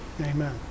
Amen